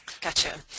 Gotcha